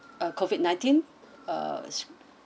uh COVID nineteen uh